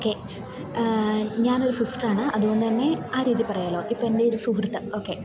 okay ഞാനൊരു സിസ്റ്ററാണ് അതുകൊണ്ടുതന്നെ ആ രീതിയില് പറയാമല്ലോ ഇപ്പോള് എൻ്റെയൊരു സുഹൃത്ത് ഓക്കെ